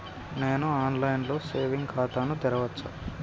నేను online లో saving ఖాతా ను తెరవచ్చా?